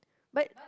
but